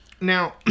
Now